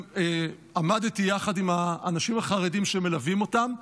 ועמדתי יחד עם האנשים החרדים שמלווים אותם,